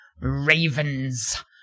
ravens